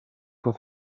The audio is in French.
qu’il